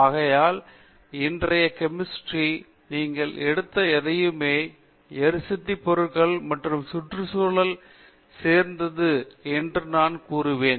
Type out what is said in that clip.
ஆகையால் இன்றைய கெமிஸ்ட்ரி ல் நீங்கள் எடுத்த எதையுமே எரிசக்தி பொருட்கள் மற்றும் சுற்றுச்சூழல் சேர்த்தது என்று நான் கூறுவேன்